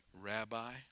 Rabbi